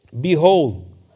behold